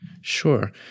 Sure